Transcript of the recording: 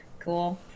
Cool